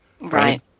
Right